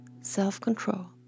Self-control